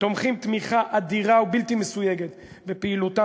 תומכים תמיכה אדירה ובלתי מסויגת בפעילותם